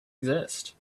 exist